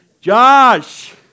Josh